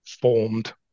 formed